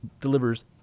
delivers-